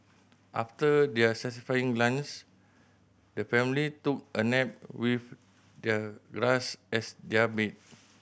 after their satisfying the family took a nap with the grass as their bed